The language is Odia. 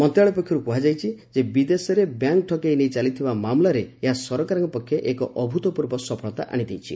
ମନ୍ତ୍ରଣାଳୟ ପକ୍ଷରୁ କୁହାଯାଇଛି ଯେ ବିଦେଶରେ ବ୍ୟାଙ୍କ୍ ଠକେଇ ନେଇ ଚାଲିଥିବା ମାମଲାରେ ଏହା ସରକାରଙ୍କ ପକ୍ଷେ ଏକ ଅଭୁତପୂର୍ବ ସଫଳତା ଆଣିଦେଇଛି